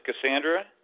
Cassandra